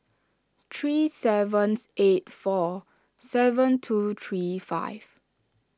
three seven eight four seven two three five